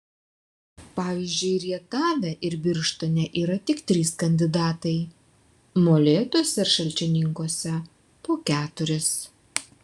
pavyzdžiui rietave ir birštone yra tik trys kandidatai molėtuose ir šalčininkuose po keturis